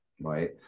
right